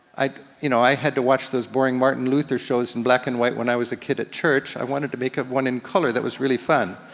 i you know i had to watch those boring martin luther shows in black and white when i was a kid at church. i wanted to make one in color that was really fun.